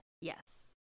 Yes